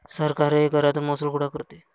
सरकारही करातून महसूल गोळा करते